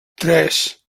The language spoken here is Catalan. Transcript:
tres